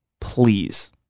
please